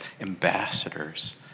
ambassadors